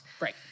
Right